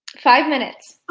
five minutes.